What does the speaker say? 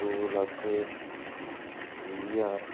ਦੋ ਲੱਖ ਵੀਹ ਹਜ਼ਾਰ